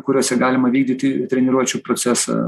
kuriose galima vykdyti treniruočių procesą